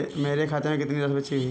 मेरे खाते में कितनी राशि बची हुई है?